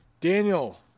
Daniel